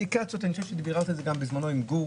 האינדיקציות אני חושב שביררתי את זה בזמנו עם גור